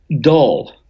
dull